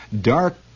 dark